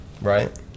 Right